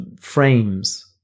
frames